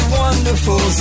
wonderful